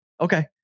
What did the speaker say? Okay